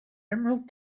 emerald